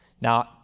Now